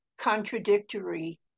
contradictory